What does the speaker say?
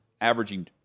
averaging